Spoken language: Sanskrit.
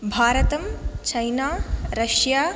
भारतम् चैना रश्या